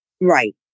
Right